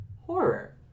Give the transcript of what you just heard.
horror